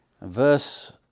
Verse